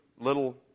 little